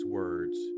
words